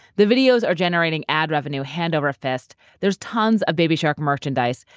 the videos are generating ad revenue hand over fist. there's tons of baby shark merchandise,